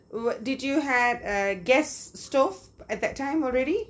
oh did you had gas stove at that time already